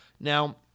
Now